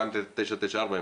2994,